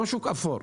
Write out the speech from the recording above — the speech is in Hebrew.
לא שוק אפור,